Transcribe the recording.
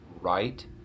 right